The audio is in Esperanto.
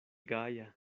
gaja